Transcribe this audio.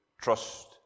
trust